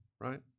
right